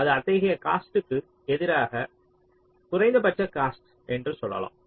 அது அத்தகைய காஸ்ட்க்கு எதிராக குறைந்தபட்ச காஸ்ட் என்று நீங்கள் சொல்லலாம்